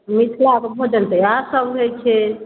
मिथिलाके भोजन तऽ ओहे सभ होइ छै